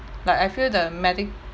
like I feel the medic~